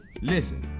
listen